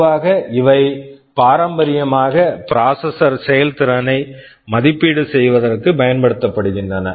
பொதுவாக இவை பாரம்பரியமாக ப்ராசெசர் processor செயல்திறனை மதிப்பீடு செய்வதற்குப் பயன்படுத்தப்படுகின்றன